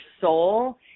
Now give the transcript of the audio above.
soul